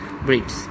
breeds